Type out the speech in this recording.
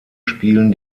spielen